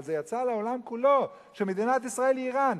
אבל זה יצא לעולם כולו שמדינת ישראל היא אירן.